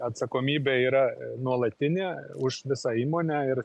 atsakomybė yra nuolatinė už visą įmonę ir